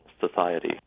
society